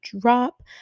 drop